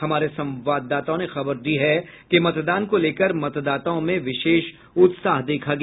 हमारे संवाददाताओं ने खबर दी है कि मतदान को लेकर मतदाताओं में विशेष उत्साह देखा गया